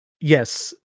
Yes